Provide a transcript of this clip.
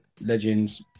Legends